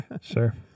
Sure